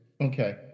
Okay